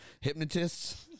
Hypnotists